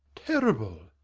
terrible!